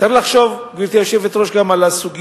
צריך לחשוב, גברתי היושבת-ראש, גם על הסוגיה,